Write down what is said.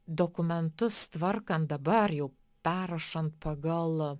dokumentus tvarkant dabar jau perrašant pagal